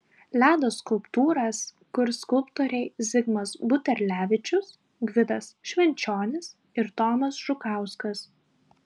ledo skulptūras kurs skulptoriai zigmas buterlevičius gvidas švenčionis ir tomas žukauskas